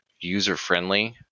user-friendly